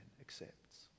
accepts